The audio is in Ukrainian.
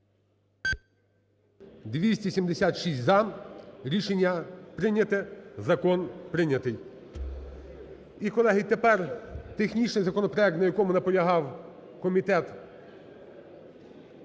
За-276 Рішення прийняте. Закон прийнятий. І, колеги, тепер технічний законопроект, на якому наполягав комітет